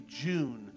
June